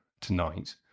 tonight